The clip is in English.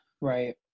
Right